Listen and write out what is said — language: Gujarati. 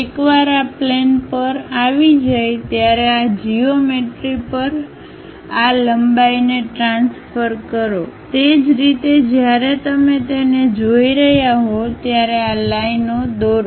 એકવાર આ પ્લેન પર આવી જાય ત્યારે આ જીઓમેંટરી પર આ લંબાઈને ટ્રાન્સફર કરો તે જ રીતે જ્યારે તમે તેને જોઈ રહ્યા હો ત્યારે આ લાઈન ઓ દોરો